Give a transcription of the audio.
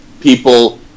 people